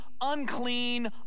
unclean